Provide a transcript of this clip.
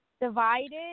divided